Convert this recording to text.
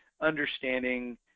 understanding